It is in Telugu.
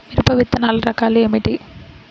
మిరప విత్తనాల రకాలు ఏమిటి?